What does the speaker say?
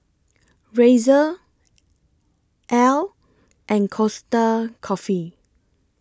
Razer Elle and Costa Coffee